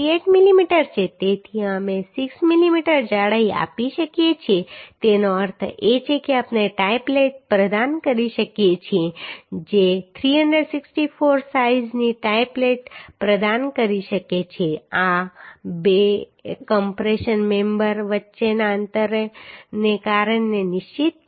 68 millimetre છે તેથી અમે 6 mm જાડાઈ આપી શકીએ છીએ તેનો અર્થ એ છે કે આપણે ટાઈ પ્લેટ પ્રદાન કરી શકીએ છીએ જે 364 સાઇઝની ટાઈ પ્લેટ પ્રદાન કરી શકે છે આ બે કમ્પ્રેશન મેમ્બર વચ્ચેના અંતરને કારણે નિશ્ચિત છે